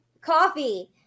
coffee